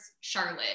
Charlotte